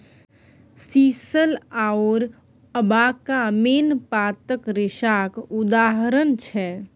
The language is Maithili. सीशल आओर अबाका मेन पातक रेशाक उदाहरण छै